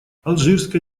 алжирская